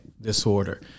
disorder